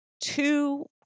two